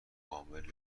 عامل